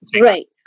Right